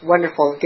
Wonderful